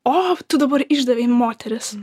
of tu dabar išdavei moteris